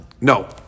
No